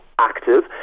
active